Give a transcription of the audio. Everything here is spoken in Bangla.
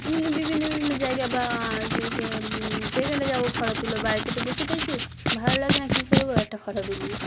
বিভিন্ন বিভিন্ন বিভিন্ন জায়গা বা যে জায়গাটা যাবো ফোটো তুলো বাড়িতে একটু বসে রইছি ভালো লাগে না কী করবো একটা ফোটো তুলি